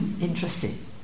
Interesting